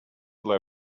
let